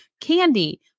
candy